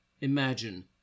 Imagine